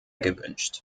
gewünscht